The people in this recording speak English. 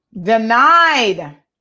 denied